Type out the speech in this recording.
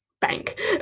bank